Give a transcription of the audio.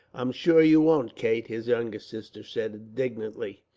i'm sure you won't, kate, his youngest sister, said indignantly.